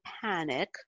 panic